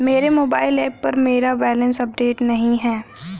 मेरे mobile app पर मेरा बैलेंस अपडेट नहीं है